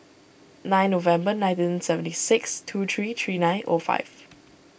nine November nineteen sevent six two three three nine O five